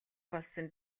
болсон